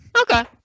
Okay